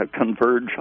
converge